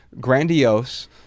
grandiose